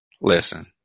Listen